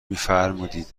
فرمودید